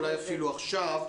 אולי אפילו עכשיו.